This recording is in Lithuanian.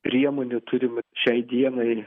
priemonių turim šiai dienai